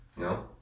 no